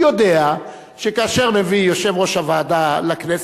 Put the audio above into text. יודע שכאשר מביא יושב-ראש הוועדה לכנסת,